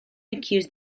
accused